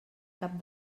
cap